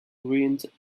ruined